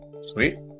Sweet